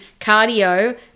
cardio